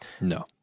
No